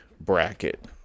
bracket